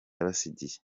yabasigiye